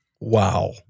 Wow